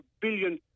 billion